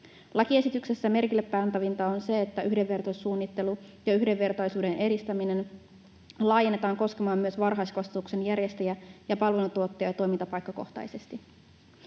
Lakiesityksessä merkillepantavinta on se, että yhdenvertaisuussuunnittelu ja yhdenvertaisuuden edistäminen laajennetaan koskemaan myös varhaiskasvatuksen järjestäjiä ja palveluntuottajia toimintapaikkakohtaisesti